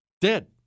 Dead